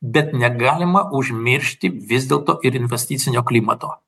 bet negalima užmiršti vis dėlto ir investicinio klimato